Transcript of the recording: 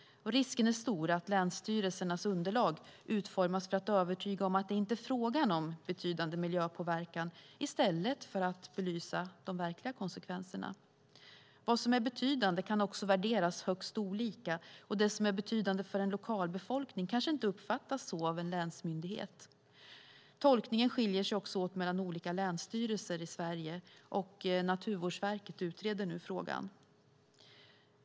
Risken är stor att länsstyrelsernas underlag utformas för att övertyga om att det inte är fråga om betydande miljöpåverkan i stället för att belysa de verkliga konsekvenserna. Vad som är betydande kan också värderas högst olika, och det som är betydande för en lokalbefolkning kanske inte uppfattas så av en länsmyndighet. Tolkningen skiljer sig också åt mellan olika länsstyrelser i Sverige, och Naturvårdsverket utreder nu frågan.